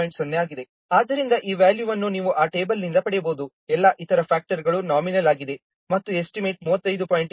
ಆದ್ದರಿಂದ ಈ ವ್ಯಾಲ್ಯೂಗಳನ್ನು ನೀವು ಆ ಟೇಬಲ್ನಿಂದ ಪಡೆಯಬಹುದು ಎಲ್ಲಾ ಇತರ ಫ್ಯಾಕ್ಟರ್ಗಳು ನಾಮಿನಲ್ ಆಗಿದೆ ಮತ್ತು ಎಸ್ಟಿಮೇಟ್ 35